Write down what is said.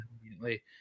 immediately